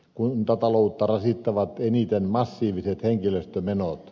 kuntataloutta rasittavat eniten massiiviset henkilöstömenot